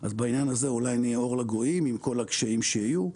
אז בעניין הזה אולי נהיה אור לגויים עם כל הקשיים שיהיו.